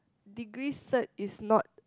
degree cert is not